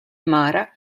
mara